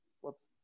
Whoops